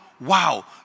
wow